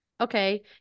Okay